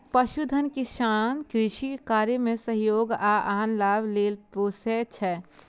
पशुधन किसान कृषि कार्य मे सहयोग आ आन लाभ लेल पोसय छै